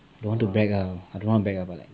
I don't want to brag lah I don't want to brag but like